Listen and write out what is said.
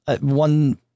one